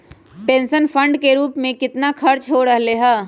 Pension fund के रूप में कितना खर्च हो रहले है?